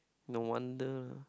no wonder